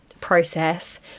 process